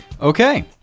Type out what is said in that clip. Okay